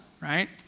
right